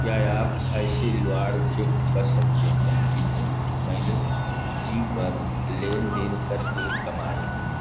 क्या आप ऐसे रिवार्ड चेक कर सकते हैं जिन्हें मैंने ज़ी पर लेनदेन करके कमाए हैं